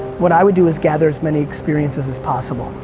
what i would do is gather as many experiences as possible.